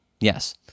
Yes